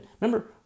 Remember